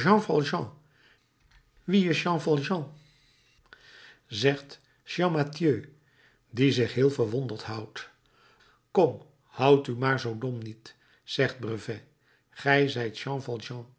wie is jean valjean zegt champmathieu die zich heel verwonderd houdt kom houd u maar zoo dom niet zegt brevet gij zijt